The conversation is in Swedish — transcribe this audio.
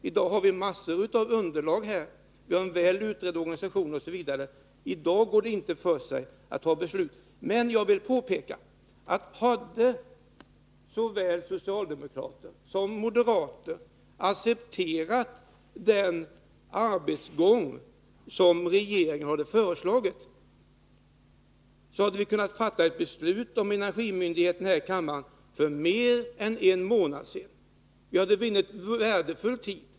I dag har vi massor av underlag, en väl utredd organisation osv., men då går det inte för sig att fatta beslut. Jag vill påpeka att om såväl socialdemokrater som moderater hade accepterat den arbetsgång som regeringen föreslog, hade vi här i kammaren kunnat fatta ett beslut om energimyndigheterna för mer än en månad sedan. Vi hade då vunnit värdefull tid.